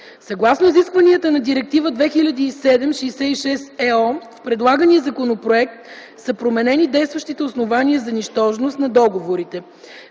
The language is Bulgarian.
Съгласно изискванията на Директива 2007/66/ ЕО в предлагания законопроект са променени действащите основания за нищожност на договорите.